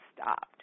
stopped